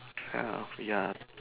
twelve ya